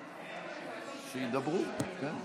שידברו, כן.